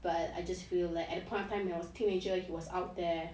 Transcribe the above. but I just feel like at the point of time your teenager he was out there